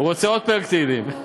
הוא רוצה עוד פרק תהילים.